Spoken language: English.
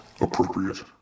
appropriate